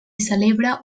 celebra